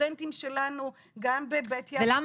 הסטודנטים שלנו גם בבית יעקב -- ולמה